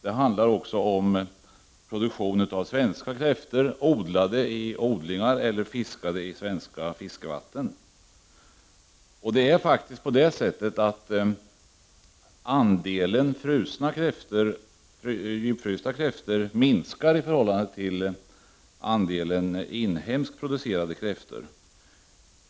Det handlar också om produktion av svenska kräftor, odlade i odlingar eller fiskade i svenska fiskevatten. Andelen djupfrysta kräftor minskar faktiskt i förhållande till andelen inhemskt producerade kräftor.